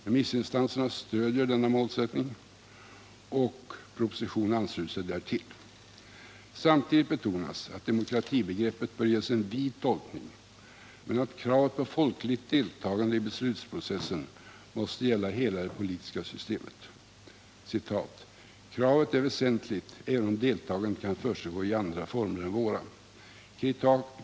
Remissinstanserna stöder denna målsättning, och propositionen ansluter sig till denna. Samtidigt betonas emellertid att demokratibegreppet bör ges en vid tolkning men att kravet på folkligt deltagande i beslutsprocessen måste gälla hela det politiska systemet. ”Kravet är väsentligt även om deltagandet kan försiggå i andra former än våra.